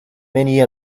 many